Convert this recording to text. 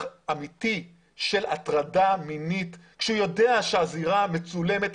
אמיתי של הטרדה מינית כשהוא יודע שהזירה מצולמת?